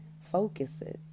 focuses